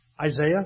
Isaiah